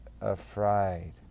afraid